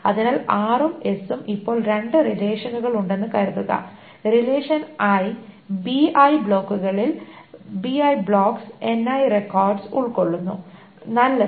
അതിനാൽ r ഉം s ഉം ഇപ്പോൾ രണ്ട് റിലേഷനുകളുണ്ടെന്ന് കരുതുക റിലേഷൻ i bi ബ്ലോക്കുകളിൽ ni റെക്കോർഡ്സ് ഉൾകൊള്ളുന്നു നല്ലത്